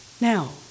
Now